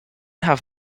have